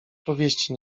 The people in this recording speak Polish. powieści